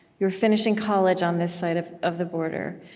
you were finishing college on this side of of the border.